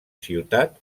ciutat